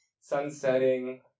Sunsetting